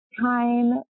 time